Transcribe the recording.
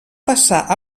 passar